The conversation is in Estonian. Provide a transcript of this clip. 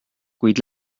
kuid